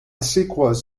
sequels